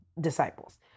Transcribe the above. disciples